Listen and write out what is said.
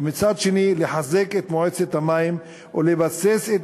ומצד שני לחזק את מועצת המים ולבסס את